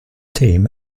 team